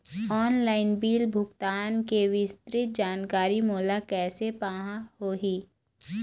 Online bill भुगतान के विस्तृत जानकारी मोला कैसे पाहां होही?